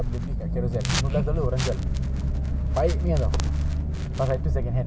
it's feel this hand work ah apa ini orang cakap